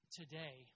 today